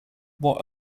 what